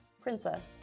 princess